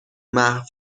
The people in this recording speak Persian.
محو